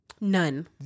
None